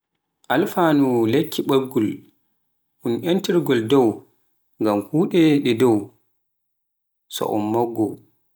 alfano ɓaargol un entirgol dow ngam kuuɗe ɗe dow, so un maggoto.